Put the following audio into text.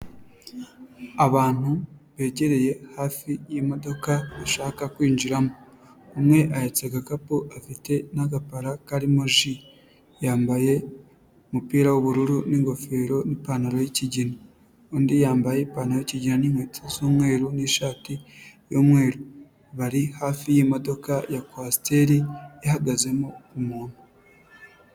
Abantu begereye hafi y'imodoka bashaka kwinjiramo, umwe ayaca agakapu afite n'agapara karimo ji, yambaye umupira w'ubururu n'ingofero n'ipantaro y'ikigina, undi yambaye ipantaro n'inkweto z'umweru n'ishati y'umweru, bari hafi y'imodoka ya kwasiteri ihagazemo umuntu.